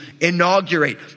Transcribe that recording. inaugurate